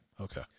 okay